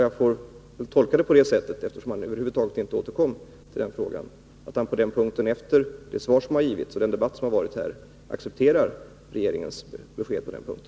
Jag får tolka det på så sätt, eftersom han över huvud taget inte återkom till den frågan, att han efter det svar som givits och den debatt som varit här accepterar regeringens besked på den punkten.